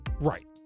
Right